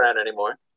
anymore